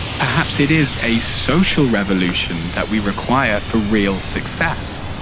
perhaps it is a social revolution that we require for real success.